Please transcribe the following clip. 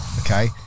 okay